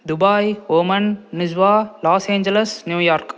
Dubai Oman Nizwa Los Angeles New York